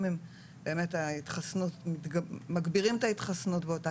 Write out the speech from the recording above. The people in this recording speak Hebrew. אם באמת הם מגבירים את ההתחסנות באותה